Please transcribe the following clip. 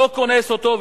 לא קונס אותו.